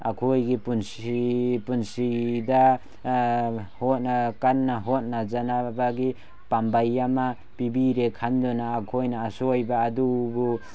ꯑꯩꯈꯣꯏꯒꯤ ꯄꯨꯟꯁꯤꯗ ꯀꯟꯅ ꯍꯣꯠꯅꯖꯅꯕꯒꯤ ꯄꯥꯝꯕꯩ ꯑꯃ ꯄꯤꯕꯤꯔꯦ ꯈꯟꯗꯨꯅ ꯑꯩꯈꯣꯏꯅ ꯑꯁꯣꯏꯕ ꯑꯗꯨꯕꯨ